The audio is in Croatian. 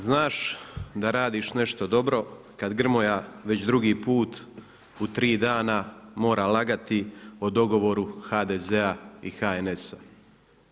Znaš da radiš nešto dobro, kad Grmoja, već drugi put u tri dana mora lagati o dogovoru HDZ-a i HNS-a.